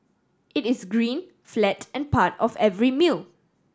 it is green flat and part of every meal